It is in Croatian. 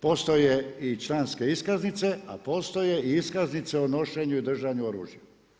Postoje i članske iskaznice, a postoje i iskaznice o nošenju i držanju oružja.